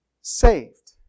saved